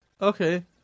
okay